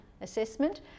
assessment